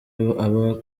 aba